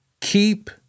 keep